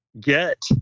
get